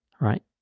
right